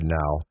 now